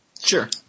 Sure